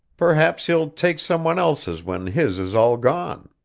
perhaps he'll take some one else's when his is all gone.